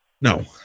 No